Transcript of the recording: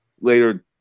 later